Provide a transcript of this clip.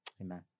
Amen